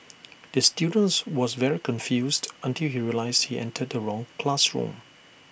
the student was very confused until he realised he entered the wrong classroom